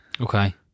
Okay